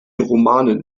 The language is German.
romanen